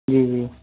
जी जी